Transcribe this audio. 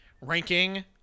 ranking